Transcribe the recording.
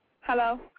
Hello